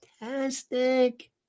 fantastic